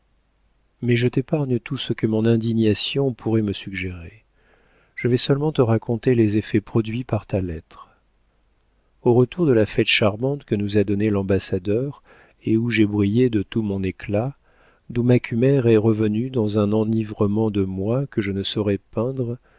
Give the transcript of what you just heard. mais je t'épargne tout ce que mon indignation pourrait me suggérer je vais seulement te raconter les effets produits par ta lettre au retour de la fête charmante que nous a donnée l'ambassadeur et où j'ai brillé de tout mon éclat d'où macumer est revenu dans un enivrement de moi que je ne saurais peindre